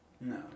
No